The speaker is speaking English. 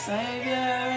Savior